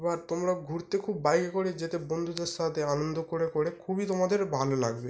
এবার তোমারা ঘুরতে খুব বাইকে করে যেতে বন্ধুদের সাথে আনন্দ করে করে খুবই তোমাদের ভালো লাগবে